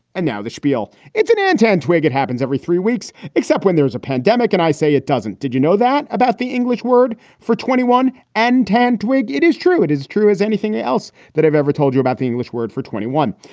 and now the spiel. it's an intense twigg, it happens every three weeks except when there's a pandemic and i say it doesn't. did you know that about the english word for twenty one and ten twigg? it is true. it is true as anything else that i've ever told you about the english word for twenty one.